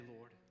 Lord